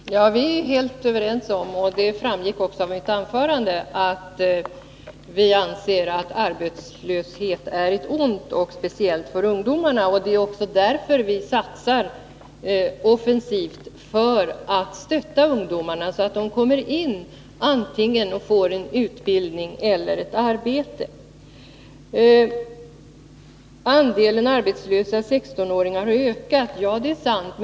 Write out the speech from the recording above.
Herr talman! Vi är helt överens om — och det framgick också av mitt anförande — att arbetslöshet är ett ont, speciellt för ungdomarna. Det är också därför vi satsar offensivt för att stötta ungdomarna, så att de får antingen en utbildning eller ett arbete. Andelen arbetslösa 16-åringar har ökat — ja, det är sant.